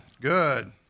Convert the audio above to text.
good